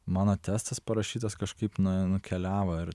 mano testas parašytas kažkaip nu nukeliavo ir